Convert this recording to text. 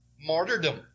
martyrdom